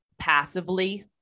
Passively